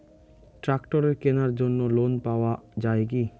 ট্রাক্টরের কেনার জন্য লোন পাওয়া যায় কি?